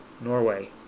Norway